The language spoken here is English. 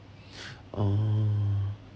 oh